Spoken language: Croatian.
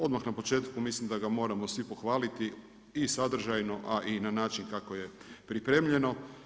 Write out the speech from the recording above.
Odmah na početku mislim da ga moramo svi pohvaliti i sadržajno, a i na način kako je pripremljeno.